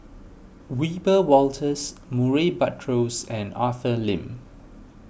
Wiebe Wolters Murray Buttrose and Arthur Lim